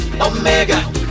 Omega